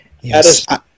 Yes